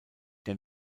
der